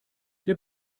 der